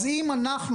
אם אנחנו